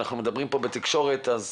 אנחנו מדברים פה על תקשורת אז